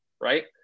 right